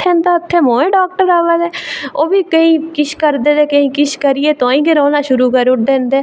जित्थें होंदा ते उत्थै मोए डाक्टर आवा दे ते ओह्बी केईं किश करदे ते केईं किश करदे ते ओह्बी केईं किश करियै तुआहीं गै रौह्ना शुरू करी ओड़दे